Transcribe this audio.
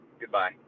goodbye